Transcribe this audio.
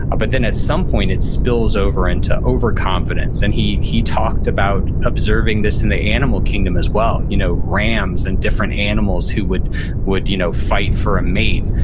but then at some point, it spills over into overconfidence, and he he talked about observing this in the animal kingdom as well, you know rams and different animals who would would you know fight for a mate.